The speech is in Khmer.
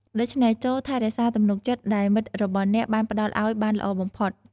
ដូច្នេះ ចូរថែរក្សាទំនុកចិត្តដែលមិត្តរបស់អ្នកបានផ្តល់ឱ្យបានល្អបំផុត។